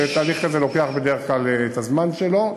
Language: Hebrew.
ותהליך כזה לוקח בדרך כלל את הזמן שלו.